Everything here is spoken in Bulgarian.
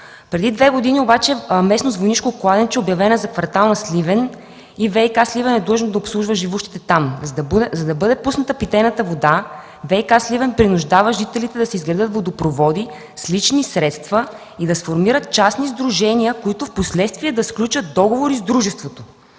Преди две години обаче местността „Войнишко кладенче” е обявена за квартал на Сливен и ВиК – Сливен, е длъжно да обслужва живеещите там. За да бъде пусната питейната вода, ВиК – Сливен, принуждава жителите да си изградят водопроводи с лични средства и да сформират частни сдружения, които впоследствие да сключат договори с дружеството.